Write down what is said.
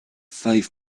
five